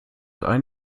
einen